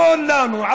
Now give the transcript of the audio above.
כולנו,